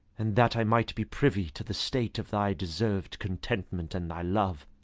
and that i might be privy to the state of thy deserv'd contentment and thy love!